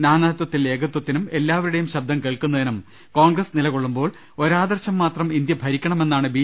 നാനാത്വത്തിൽ ഏകത്വത്തിനും എല്ലാവരുടെയും ശബ്ദം കേൾക്കുന്നതിനും കോൺഗ്രസ് നിലകൊള്ളുമ്പോൾ ഒരാദർശം മാത്രം ഇന്ത്യ ഭരിക്കണമെന്നാണ് ബി